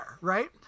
Right